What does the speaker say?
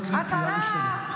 חברת הכנסת גוטליב, קריאה ראשונה.